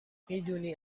میدونی